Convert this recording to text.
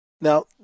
Now